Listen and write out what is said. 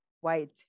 white